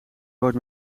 nooit